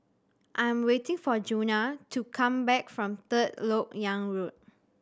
I am waiting for Djuna to come back from Third Lok Yang Road